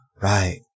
Right